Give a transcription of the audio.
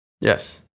Yes